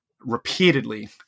repeatedly